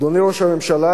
אדוני ראש הממשלה,